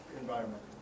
environment